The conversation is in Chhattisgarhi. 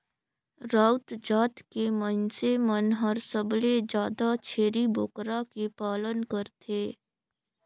राउत जात के मइनसे मन हर सबले जादा छेरी बोकरा के पालन करथे